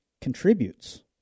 contributes